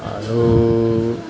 আৰু